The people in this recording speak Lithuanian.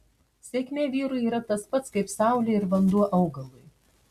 sėkmė vyrui yra tas pats kaip saulė ir vanduo augalui